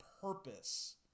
purpose